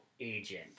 agent